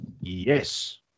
Yes